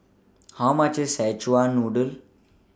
How much IS Szechuan Noodle